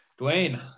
Dwayne